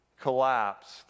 collapsed